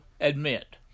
admit